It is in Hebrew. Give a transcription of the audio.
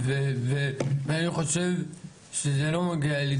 ואני חושב שזה לא מגיע לי,